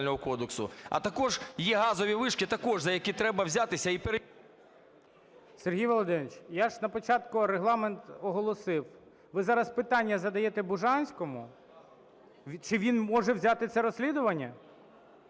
Сергій Володимирович, я ж на початку регламент оголосив. Ви зараз питання задаєте Бужанському? Чи він може взяти це розслідування?